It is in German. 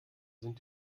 sind